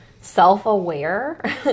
self-aware